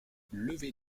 levée